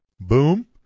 Boom